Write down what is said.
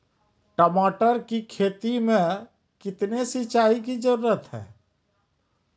टमाटर की खेती मे कितने सिंचाई की जरूरत हैं?